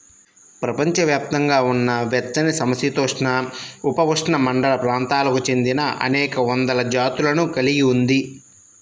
ప్రపంచవ్యాప్తంగా ఉన్న వెచ్చనిసమశీతోష్ణ, ఉపఉష్ణమండల ప్రాంతాలకు చెందినఅనేక వందల జాతులను కలిగి ఉంది